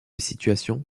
situation